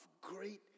great